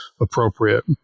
appropriate